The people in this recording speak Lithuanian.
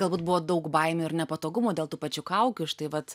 galbūt buvo daug baimių ir nepatogumo dėl tų pačių kaukių štai vat